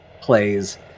plays